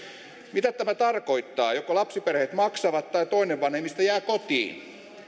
mitä tämä tarkoittaa joko lapsiperheet maksavat tai toinen vanhemmista jää kotiin